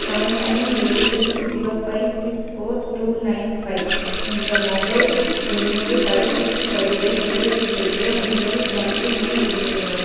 seven nine eight eight zero five six four two nine five என்ற mobile எண்ணுக்கு தடுப்பூசிப் பதிவை நிறைவுசெய்ய உங்கள் எம்பின் ஐ உள்ளிடவும்